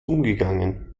umgegangen